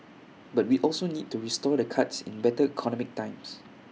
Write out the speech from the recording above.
but we also need to restore the cuts in better economic times